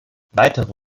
weitere